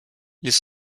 ils